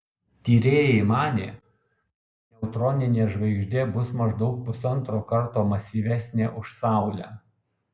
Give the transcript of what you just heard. tyrėjai manė kad neutroninė žvaigždė bus maždaug pusantro karto masyvesnė už saulę